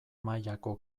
mailako